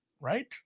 right